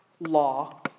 law